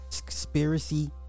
conspiracy